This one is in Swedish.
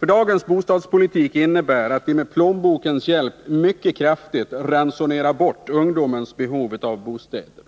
Dagens bostadspolitik innebär att vi med plånbokens hjälp mycket kraftigt ransonerar bort ungdomens behov av bostäder.